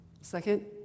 Second